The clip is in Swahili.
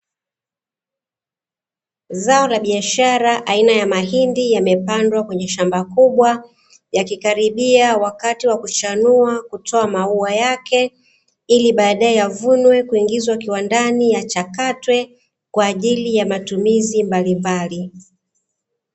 Zao la biashara aina ya mahindi, yamepandwa katika shamba kubwa, yakikaribia kuchanua kutoa mau yake ili bbadae yavunwe kuingizwa ndani yachakatwe kwaajili ya matumizi mbalimbali.